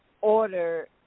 order